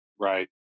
right